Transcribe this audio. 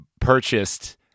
purchased